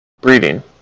breeding